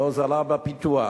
להוזלה בפיתוח.